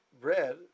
bread